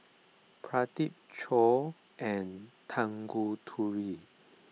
Pradip Choor and Tanguturi